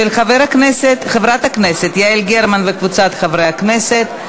של חברת הכנסת יעל גרמן וקבוצת חברי הכנסת.